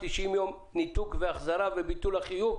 90 ימים ניתוק והחזרה וביטול החיוב,